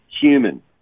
human